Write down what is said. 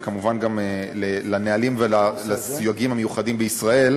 וכמובן גם לנהלים ולסייגים המיוחדים בישראל,